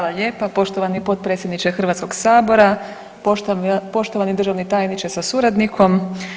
Hvala lijepa poštovani potpredsjedniče Hrvatskoga sabora, poštovani državni tajniče sa suradnikom.